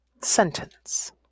sentence